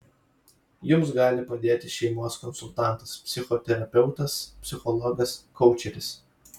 jums gali padėti šeimos konsultantas psichoterapeutas psichologas koučeris